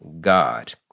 God